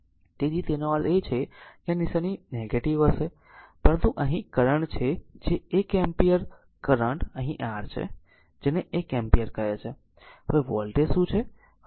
તેથી તેનો અર્થ એ છે કે આ નિશાની નેગેટીવ હશે પરંતુ અહીં કરંટ છે એક એમ્પીયર કરંટ અહીં r છે જેને 1 એમ્પીયર કહે છે હવે વોલ્ટેજ શું છે